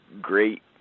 great